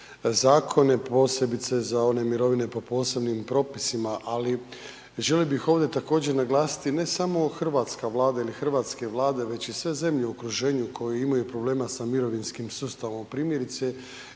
zakone, posebice za one mirovine po posebnim propisima, ali, želio bih ovdje također naglasiti, ne samo hrvatska Vlada ili hrvatske Vlade već i sve zemlje u okruženju koje imaju problema sa mirovinskim sustavom